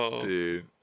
dude